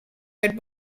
red